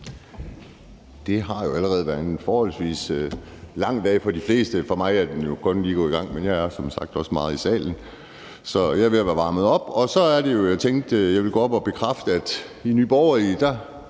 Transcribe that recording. Det har jo allerede været en forholdsvis lang dag for de fleste. For mig er den jo kun lige gået i gang, men jeg er som sagt også meget i salen, så jeg er ved at været varmet op. Så var det jo, at jeg tænkte, at jeg ville gå op og bekræfte, at det er nemt med